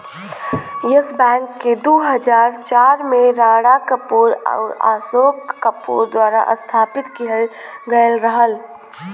yes Bank के दू हज़ार चार में राणा कपूर आउर अशोक कपूर द्वारा स्थापित किहल गयल रहल